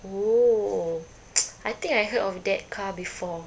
oh I think I heard of that car before